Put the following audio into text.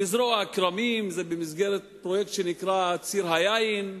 לזרוע כרמים במסגרת פרויקט שנקרא "ציר היין",